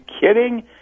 kidding